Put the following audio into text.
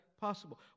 possible